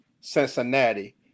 Cincinnati